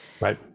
Right